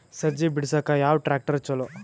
ಸಜ್ಜಿ ಬಿಡಸಕ ಯಾವ್ ಟ್ರ್ಯಾಕ್ಟರ್ ಬೇಕು?